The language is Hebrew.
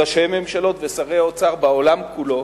ראשי ממשלות ושרי אוצר בעולם כולו,